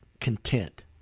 content